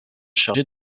chargé